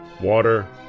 water